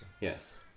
Yes